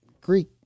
Greek